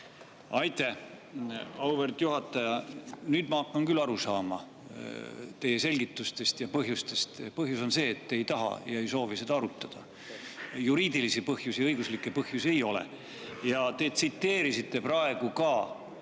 Aitäh, auväärt juhataja! Nüüd ma hakkan küll aru saama teie selgitustest ja põhjustest. Põhjus on see, et te ei taha, ei soovi seda arutada. Juriidilisi põhjusi, õiguslikke põhjusi ei ole. Te tsiteerisite praegu ka